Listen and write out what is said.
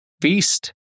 Feast